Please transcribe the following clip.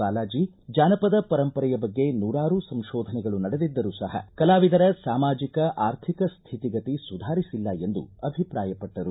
ಬಾಲಾಜಿ ಜಾನಪದ ಪರಂಪರೆಯ ಬಗ್ಗೆ ನೂರಾರು ಸಂಶೋಧನೆಗಳು ನಡೆದಿದ್ದರೂ ಸಹ ಕಲಾವಿದರ ಸಾಮಾಜಿಕ ಆರ್ಥಿಕ ಸ್ಥಿತಿಗತಿ ಸುಧಾರಿಸಿಲ್ಲ ಎಂದು ಅಭಿಪ್ರಾಯಪಟ್ಟರು